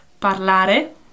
Parlare